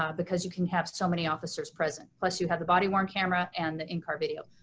ah because you can have so many officers present, plus you have the body worn camera and the in car video.